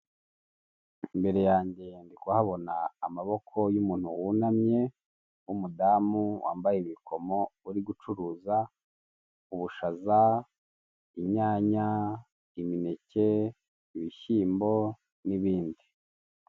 Imbere yange ndi kuhabona amaboko y'umuntu wunamye w'umudamu wambaye ibikomo uri gucuruza ubushaza, inyanya, imineke, ibishyimbo n'ibindi.